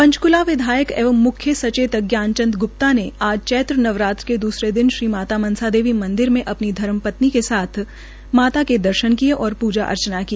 पंचकूला विधायक एवं मुख्य सचेतक ज्ञान चंद ग्प्ता आज चैत्र नवरात्र के दूसरे दिन श्री माता मनसा देवी मंदिर में अपनी धर्मपत्नी के साथ माता मनसा के दर्शन किए और पूजा अर्चना की